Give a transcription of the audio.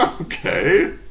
okay